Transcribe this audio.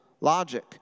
logic